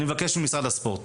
אני מבקש ממשרד הספורט